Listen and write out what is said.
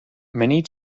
many